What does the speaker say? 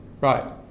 Right